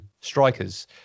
strikers